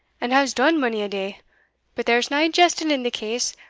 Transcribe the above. and has done mony a day but there's nae jesting in the case,